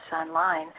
online